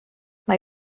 mae